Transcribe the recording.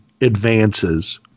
advances